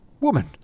woman